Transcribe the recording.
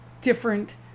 different